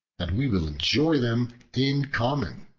and we will enjoy them in common,